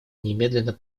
немедленно